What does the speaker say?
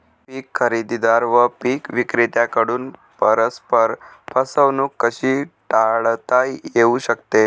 पीक खरेदीदार व पीक विक्रेत्यांकडून परस्पर फसवणूक कशी टाळता येऊ शकते?